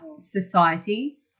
society